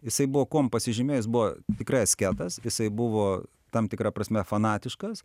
jisai buvo kuom pasižymėjęs buvo tikrai asketas jisai buvo tam tikra prasme fanatiškas